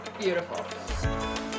Beautiful